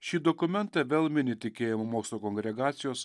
šį dokumentą vėl mini tikėjimo mokslo kongregacijos